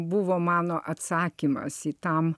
buvo mano atsakymas į tam